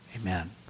Amen